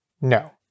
No